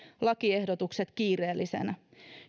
lakiehdotukset kiireellisinä